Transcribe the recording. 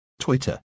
Twitter